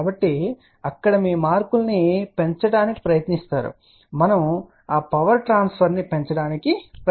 కాబట్టి అక్కడ మీరు మీ మార్కులను పెంచడానికి ప్రయత్నిస్తారు మనము ఆ పవర్ ట్రాన్స్ఫర్ ని పెంచడానికి ప్రయత్నిస్తాము